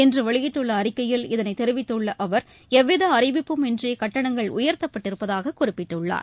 இன்று வெளியிட்டுள்ள அறிக்கையில் இதனை தெரிவித்துள்ள அவர் எவ்வித அறிவிப்பும் இன்றி கட்டணங்கள் உயர்த்தப்பட்டிருப்பதாக குறிப்பிட்டுள்ளார்